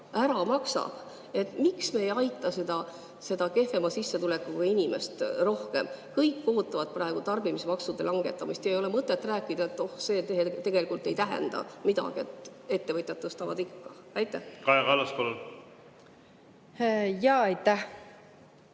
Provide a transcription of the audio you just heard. ära maksab. Miks me ei aita seda kehvema sissetulekuga inimest rohkem? Kõik ootavad praegu tarbimismaksude langetamist. Ei ole mõtet rääkida, et oh, see tegelikult ei tähenda midagi, et ettevõtjad tõstavad ikka [hinda]. Kaja Kallas, palun!